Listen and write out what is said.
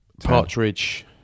Partridge